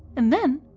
and then,